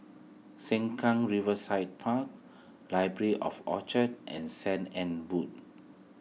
Sengkang Riverside Park Library at Orchard and Saint Anne's Wood